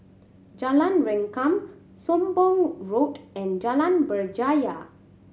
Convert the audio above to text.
Jalan Rengkam Sembong Road and Jalan Berjaya